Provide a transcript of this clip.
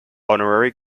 honorary